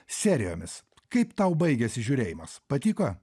serijomis kaip tau baigėsi žiūrėjimas patiko